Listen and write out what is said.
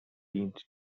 dient